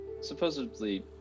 Supposedly